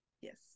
yes